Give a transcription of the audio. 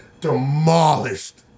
demolished